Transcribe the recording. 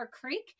Creek